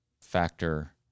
factor